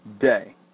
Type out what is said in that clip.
day